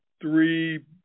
three